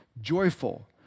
joyful